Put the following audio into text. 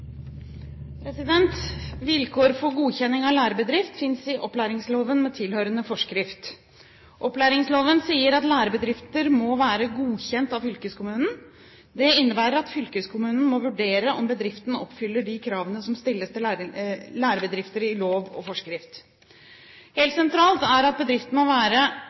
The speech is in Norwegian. lærebedrift finnes i opplæringsloven med tilhørende forskrift. Opplæringsloven sier at lærebedrifter må være godkjent av fylkeskommunene. Det innebærer at fylkeskommunen må vurdere om bedriften oppfyller de kravene som stilles til lærebedrifter i lov og forskrift. Helt sentralt er at bedriften må være